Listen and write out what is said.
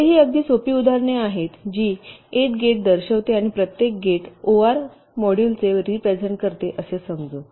जरी ही अगदी सोपी उदाहरणे आहेत जी 8 गेट दर्शविते आणि प्रत्येक गेट ओआर मॉड्यूलचे रिप्रेझेन्ट करते असे समजू